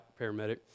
paramedic